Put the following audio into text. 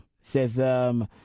Says